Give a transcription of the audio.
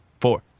four